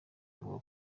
uvuga